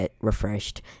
refreshed